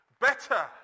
Better